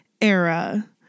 era